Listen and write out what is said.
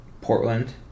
Portland